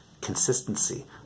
consistency